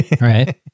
Right